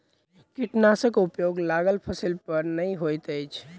कीटनाशकक उपयोग लागल फसील पर नै होइत अछि